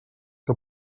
que